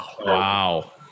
Wow